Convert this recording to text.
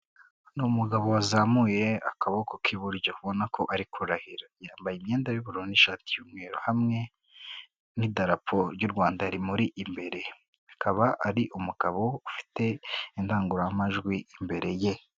Ni umugabo wazamuye akaboko k'iburyo ubona ko ari kurahira. Yambaye imyenda y'uburu n'ishati y'umweru, hamwe n'idarapo ry'u Rwanda rimuri imbere. Akaba ari umugabo ufite indangururamajwi imbere ye.